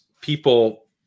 people